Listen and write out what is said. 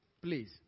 please